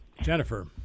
Jennifer